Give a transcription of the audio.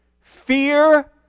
fear